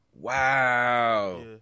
Wow